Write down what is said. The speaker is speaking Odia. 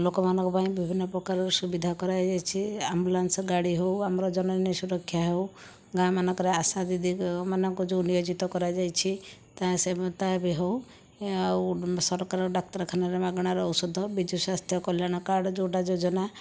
ଲୋକମାନଙ୍କ ପାଇଁ ବିଭିନ୍ନ ପ୍ରକାର ସୁବିଧା କରାଯାଇଛି ଆମ୍ବୁଲାନ୍ସ ଗାଡ଼ି ହେଉ ଆମର ଜନନୀ ସୁରକ୍ଷା ହେଉ ଗାଁମାନଙ୍କର ଆଶା ଦିଦିମାନଙ୍କୁ ଯେଉଁ ନିୟୋଜିତ କରାଯାଇଛି ତା' ସେ ତା' ବି ହେଉ ଆଉ ସରକାର ଡାକ୍ତରଖାନାରେ ମାଗଣାରେ ଔଷଧ ବିଜୁ ସ୍ୱାସ୍ଥ୍ୟ କଲ୍ୟାଣ କାର୍ଡ଼ ଯେଉଁଟା ଯୋଜନା